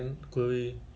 kan